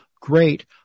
great